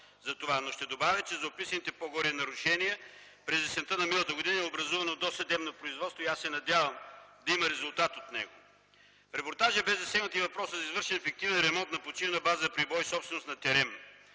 Ще добавя, че за описаните по-горе нарушения през есента на миналата година е образувано досъдебно производство и аз се надявам да има резултат от него. В репортажа бе засегнат и въпросът за извършен фиктивен ремонт на почивна база „Прибой” – собственост на „Терем”.